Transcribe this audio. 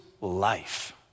life